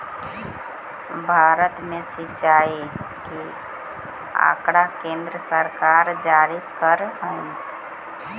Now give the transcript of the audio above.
भारत में सिंचाई के आँकड़ा केन्द्र सरकार जारी करऽ हइ